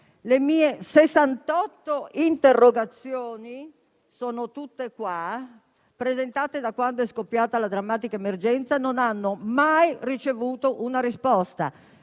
Le mie 68 interrogazioni (sono tutte qua), presentate da quando è scoppiata la drammatica emergenza, non hanno mai ricevuto una risposta.